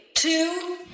Two